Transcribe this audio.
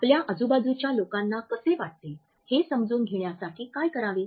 आपल्या आजूबाजूच्या लोकांना कसे वाटते हे समजून घेण्यासाठी काय करावे